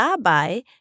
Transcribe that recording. dabei